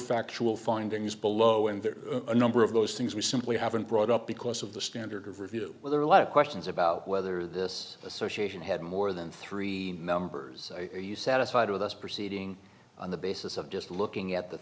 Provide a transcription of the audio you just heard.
factual findings below and there a number of those things we simply haven't brought up because of the standard of review where there are a lot of questions about whether this association had more than three numbers are you satisfied with us proceeding on the basis of just looking at the